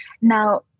now